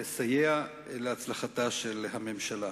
לסייע להצלחתה של הממשלה.